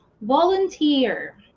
Volunteer